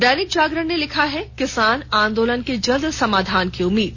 दैनिक जागरण ने लिखा है किसान आंदोलन के जल्द समाधान की उम्मीद